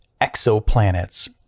exoplanets